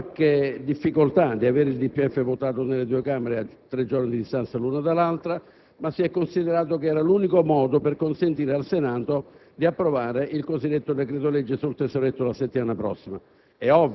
in cui il DPEF venisse votato dalle due Camere a tre giorni di distanza l'una dall'altra. Si è però considerato che era l'unico modo per consentire al Senato di approvare il cosiddetto decreto‑legge sul tesoretto la settimana prossima.